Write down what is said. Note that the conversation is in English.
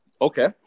Okay